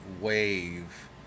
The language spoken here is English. wave